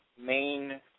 main